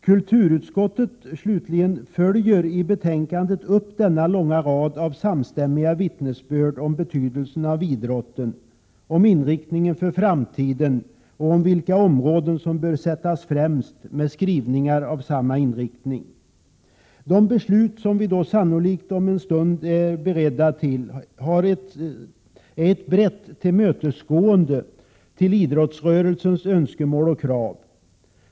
Kulturutskottet, slutligen, följer i betänkandet upp denna långa rad av samstämmiga vittnesbörd om betydelsen av idrotten, om inriktningen inför framtiden och om vilka områden som bör sättas främst genom skrivningar med samma inriktning. Det beslut som vi sannolikt är beredda att fatta om en stund innebär således ett brett tillmötesgående av idrottsrörelsens önskemål och krav.